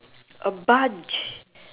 a bunch